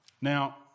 Now